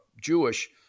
Jewish